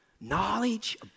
knowledge